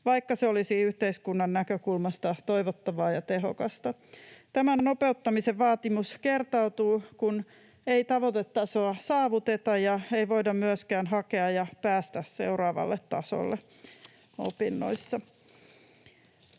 vaikka se olisi yhteiskunnan näkökulmasta toivottavaa ja tehokasta. Tämä nopeuttamisen vaatimus kertautuu, kun tavoitetasoa ei saavuteta ja ei voida myöskään hakea ja päästä seuraavalle tasolle opinnoissa.